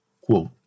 Quote